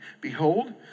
Behold